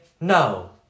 no